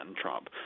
Trump